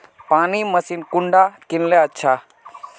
पानी मशीन कुंडा किनले अच्छा?